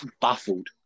baffled